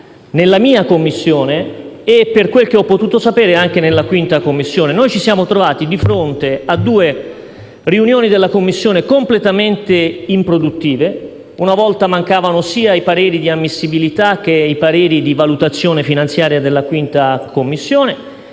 nella mia Commissione, e, per quel che ho potuto sapere, anche nella Commissione bilancio. Ci siamo trovati di fronte a due riunioni della Commissione completamente improduttive: una volta mancavano i pareri di ammissibilità, poi i pareri di valutazione finanziaria della 5a Commissione.